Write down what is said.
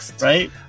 Right